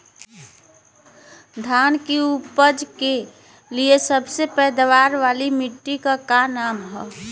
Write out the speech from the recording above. धान की उपज के लिए सबसे पैदावार वाली मिट्टी क का नाम ह?